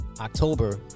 October